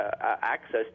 access